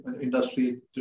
industry